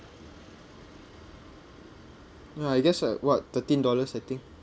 ya I guess uh what thirteen dollars I think